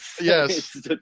yes